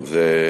טוב,